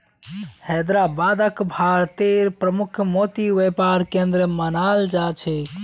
हैदराबादक भारतेर प्रमुख मोती व्यापार केंद्र मानाल जा छेक